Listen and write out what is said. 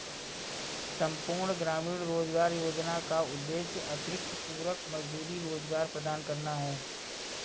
संपूर्ण ग्रामीण रोजगार योजना का उद्देश्य अतिरिक्त पूरक मजदूरी रोजगार प्रदान करना है